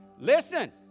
Listen